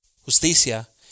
justicia